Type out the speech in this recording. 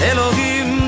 Elohim